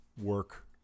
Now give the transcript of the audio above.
work